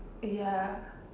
ya